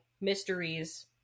mysteries